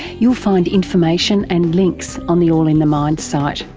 you'll find information and links on the all in the mind site,